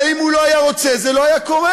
הרי אם הוא לא היה רוצה זה לא היה קורה.